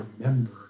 remember